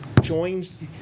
joins